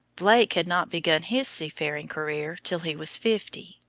blake had not begun his seafaring career till he was fifty.